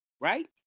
right